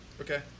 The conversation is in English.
Okay